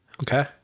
Okay